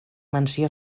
menció